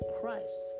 Christ